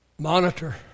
Monitor